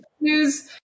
news